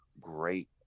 great